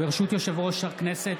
ברשות יושב-ראש הכנסת,